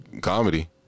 comedy